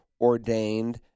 ordained